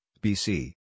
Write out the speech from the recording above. BC